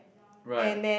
right